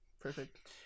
Perfect